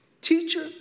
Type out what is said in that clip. Teacher